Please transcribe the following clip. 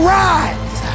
rise